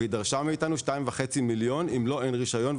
והיא דרשה מאיתנו 2.5 מיליון אם לו אין רישיון.